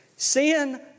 Sin